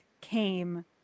came